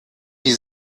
die